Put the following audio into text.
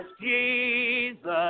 Jesus